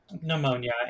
pneumonia